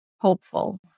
Hopeful